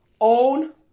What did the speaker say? own